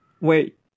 Wait